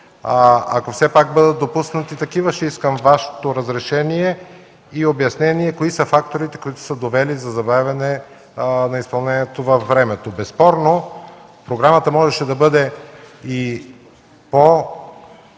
ако все пак бъдат допуснати такива, ще искам Вашето разрешение и обяснение кои са факторите, които са довели до забавяне на изпълнението във времето. Безспорно програмата можеше да бъде и